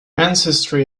ancestry